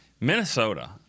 Minnesota